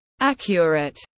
accurate